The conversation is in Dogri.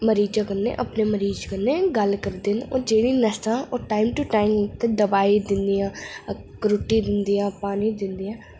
मरीजां कन्नै अपने मरीज कन्नै गल्ल करदे न और जेह्ड़ी नर्सां ओ टाइम टू टाइम उत्थै दवाई दिन्दियां रुट्टी दिन्दियां पानी दिन्दियां